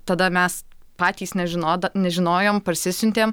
tada mes patys nežinoda nežinojom parsisiuntėm